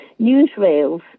newsreels